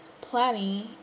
planning